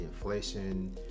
inflation